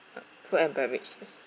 food and beverage